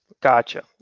gotcha